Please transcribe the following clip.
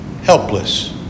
Helpless